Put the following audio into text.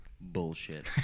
Bullshit